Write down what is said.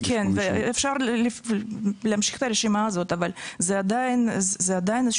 אפשר להמשיך את הרשימה הזאת אבל זה עדיין הסתכלות